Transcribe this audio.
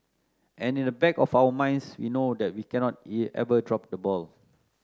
and in the back of our minds we know that we cannot ever drop the ball